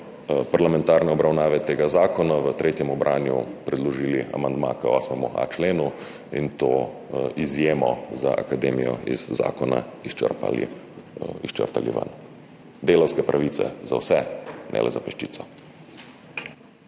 parlamentarne obravnave tega zakona v tretjem branju predložili amandma k 8. členu in to izjemo za akademijo iz zakona črtali ven. Delavske pravice za vse, ne le za peščico.